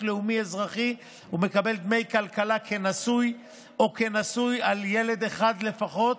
לאומי אזרחי ומקבל דמי כלכלה כנשוי או כנשוי עם ילד אחד לפחות,